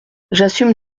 j’assume